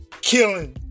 killing